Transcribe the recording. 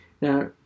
Now